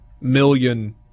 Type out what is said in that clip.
million